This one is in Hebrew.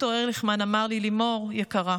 ד"ר ארליכמן אמר לי: לימור יקרה,